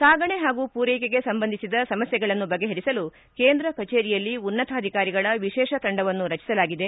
ಸಾಗಣೆ ಹಾಗೂ ಪೂರೈಕೆಗೆ ಸಂಬಂಧಿಸಿದ ಸಮಸ್ಥೆಗಳನ್ನು ಬಗೆಹರಿಸಲು ಕೇಂದ್ರ ಕಚೇರಿಯಲ್ಲಿ ಉನ್ನತಾಧಿಕಾರಿಗಳ ವಿಶೇಷ ತಂಡವನ್ನು ರಚಿಸಲಾಗಿದೆ